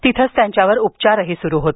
तिथ त्यांच्यावर उपचार सुरू होते